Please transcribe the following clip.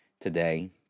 today